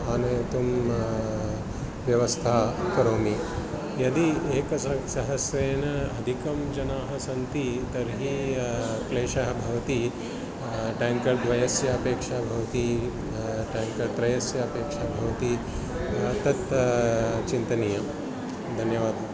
आनयितुं व्यवस्थां करोमि यदि एक स् सहस्रेण अधिकं जनाः सन्ति तर्हि क्लेशः भवति टाङ्कर् टाङ्कर्द्वयस्य अपेक्षा भवति टाङ्कर्त्रयस्य अपेक्षा भवति तत् चिन्तनीयं धन्यवादः